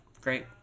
great